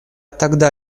тогда